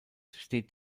steht